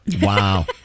Wow